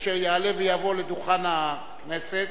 אשר יעלה ויבוא לדוכן הכנסת,